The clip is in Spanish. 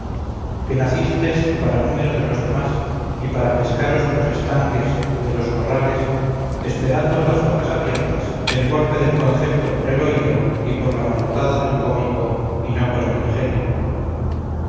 que nacistes para número de los demás y para pescados de los estanques de los corrales esperando las bocas abiertas el golpe del concepto por el oído y por la manotada del cómico y no por el ingenio